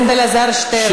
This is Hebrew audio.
חבר הכנסת אלעזר שטרן.